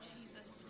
Jesus